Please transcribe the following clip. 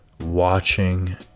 watching